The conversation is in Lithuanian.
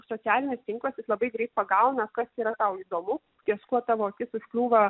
socialinis tinklas jis labai greit pagauna kas yra tau įdomu ties kuo tavo akis užkliūva